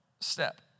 step